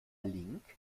link